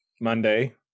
Monday